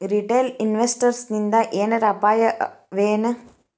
Retail ಇನ್ವೆಸ್ಟರ್ಸಿಂದಾ ಏನರ ಅಪಾಯವಎನು?